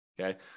Okay